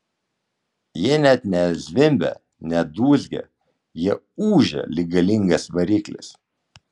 jie net ne zvimbia ne dūzgia jie ūžia lyg galingas variklis